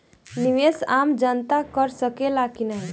निवेस आम जनता कर सकेला की नाहीं?